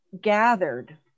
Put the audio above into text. gathered